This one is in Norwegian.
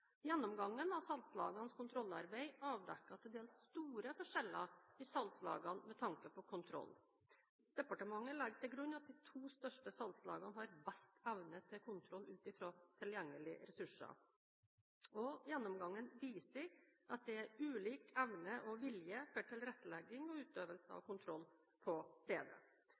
Gjennomgangen av salgslagenes kontrollarbeid avdekker til dels store forskjeller i salgslagene med tanke på kontroll. Departementet legger til grunn at de to største salgslagene har best evne til kontroll ut fra tilgjengelige ressurser. Gjennomgangen viser at det er ulik evne og vilje for tilrettelegging og utøvelse av kontroll på stedet.